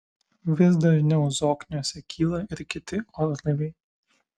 vis dažniau zokniuose kyla ir kiti orlaiviai